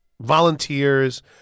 volunteers